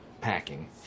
packing